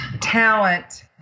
talent